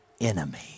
enemy